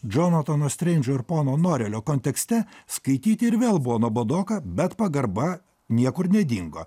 džonatono streindžo ar pono norelelio kontekste skaityti ir vėl buvo nuobodoka bet pagarba niekur nedingo